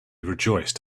rejoiced